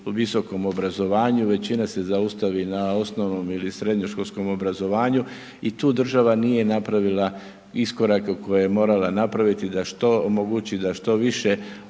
u visokom obrazovanju i većina se zaustavi na osnovnom ili srednjoškolskom obrazovanju i tu država nije napravila iskorake koje je morala napraviti, da što omogući, da što više osoba